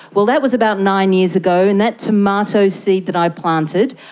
well, that was about nine years ago, and that tomato seed that i planted,